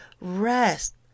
rest